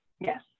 Yes